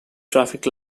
traffic